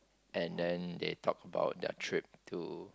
and then they talk about their trip to